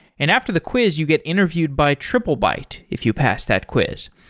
and after the quiz you get interviewed by triplebyte if you pass that quiz.